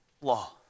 law